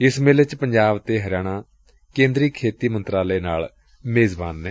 ਇਸ ਵਿਚ ਪੰਜਾਬ ਅਤੇ ਹਰਿਆਣਾ ਕੇਂਦਰੀ ਖੇਤੀ ਮੰਤਰਾਲੇ ਨਾਲ ਮੇਜ਼ਬਾਨ ਨੇ